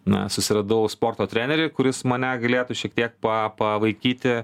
na susiradau sporto trenerį kuris mane galėtų šiek tiek pa pavaikyti